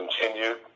continued